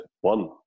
one